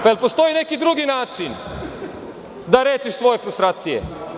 Da li postoji neki drugi način da leči svoje frustracije?